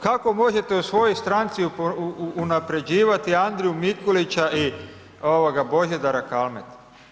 Kako možete u svojoj stranci unaprjeđivati Andriju Mikulića i Božidara Kalmetu.